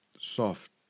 soft